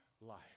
life